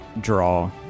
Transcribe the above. draw